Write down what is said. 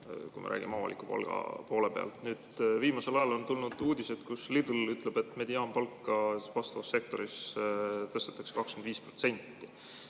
kui me räägime avaliku sektori palkadest. Nüüd viimasel ajal on tulnud uudiseid, kus Lidl ütleb, et mediaanpalka selles sektoris tõstetakse 25%,